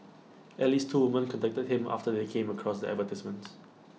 at least two women contacted him after they came across the advertisements